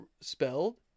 spelled